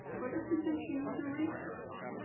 well, there's some things you need to research.